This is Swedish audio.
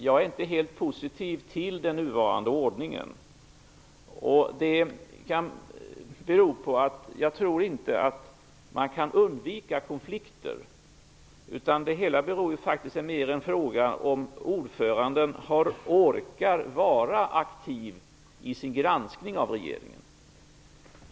Jag är inte helt positiv till den nuvarande ordningen. Det beror inte på att jag tror att man kan undvika konflikter, utan det hela är mer en fråga om ordföranden orkar vara aktiv i sin granskning av regeringen.